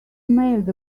mailed